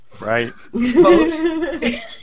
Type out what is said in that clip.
Right